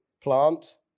plant